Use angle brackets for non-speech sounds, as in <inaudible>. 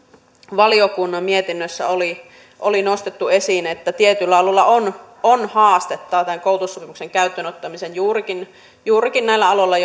valiokunnan mietinnössä oli oli nostettu esiin että tietyillä aloilla on on haastetta tämän koulutussopimuksen käyttöönottamisessa juurikin juurikin näillä aloilla <unintelligible>